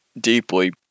deeply